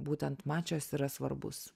būtent mačas yra svarbus